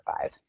Five